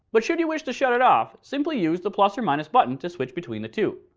but should you wish to shut it off, simply use the plus or minus button to switch between the two.